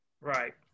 Right